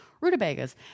rutabagas